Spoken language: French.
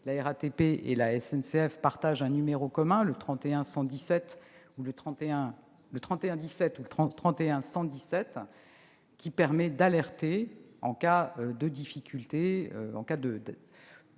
la RATP et la SNCF partagent un numéro commun, le 3117 ou le 31117, qui permet d'alerter en cas d'incivilité ou de